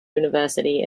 university